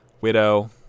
Widow